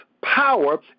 power